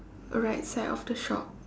right side of the shop